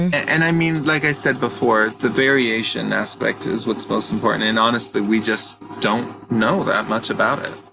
and i mean, like i said before, the variation aspect is what's most important, and honestly, we just don't know that much about it.